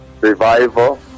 revival